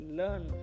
learn